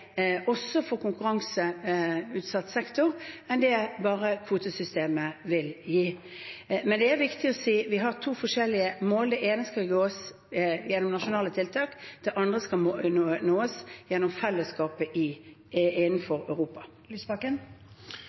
bare kvotesystemet vil gi. Det er viktig å si at vi har to forskjellige mål. Det ene skal nås gjennom nasjonale tiltak, det andre skal nås gjennom fellesskapet innenfor Europa.